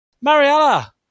Mariella